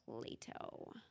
Plato